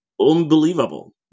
unbelievable